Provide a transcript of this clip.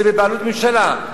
זה בבעלות הממשלה.